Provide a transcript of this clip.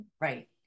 Right